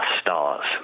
stars